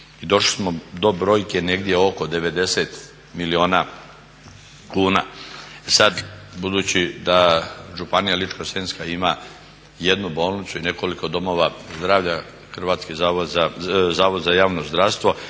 došli smo do brojke negdje oko 90 milijuna kuna. Sad, budući da županija Ličko-senjska ima 1 bolnicu i nekoliko domova zdravlja i Zavod za javno zdravstvo